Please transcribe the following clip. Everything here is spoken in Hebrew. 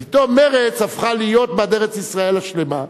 ופתאום מרצ הפכה להיות בעד ארץ-ישראל השלמה,